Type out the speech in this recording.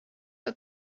for